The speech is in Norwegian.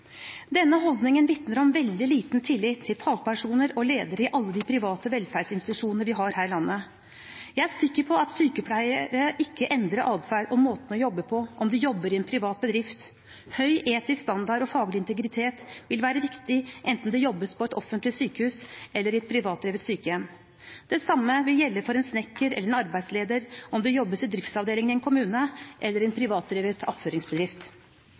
Denne holdningen vitner om veldig liten tillit til fagpersoner og ledere i alle de private velferdsinstitusjonene vi har her i landet. Jeg er sikker på at sykepleiere ikke endrer adferd og måten å jobbe på om de jobber i en privat bedrift. Høy etisk standard og faglig integritet vil være viktig, enten det jobbes på et offentlig sykehus eller i et privatdrevet sykehjem. Det samme vil gjelde for en snekker eller en arbeidsleder, om det jobbes i driftsavdelingen i en kommune eller i en privatdrevet attføringsbedrift.